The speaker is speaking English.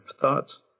thoughts